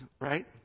right